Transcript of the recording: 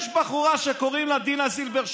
יש בחורה שקוראים לה דינה זילבר,